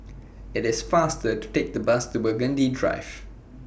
IT IS faster to Take The Bus to Burgundy Drive